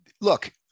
look